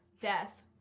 Death